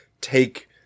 take